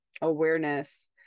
awareness